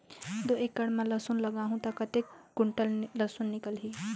दो एकड़ मां लसुन लगाहूं ता कतेक कुंटल लसुन निकल ही?